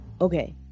Okay